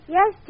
Yes